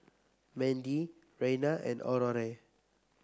Mandie Reyna and Aurore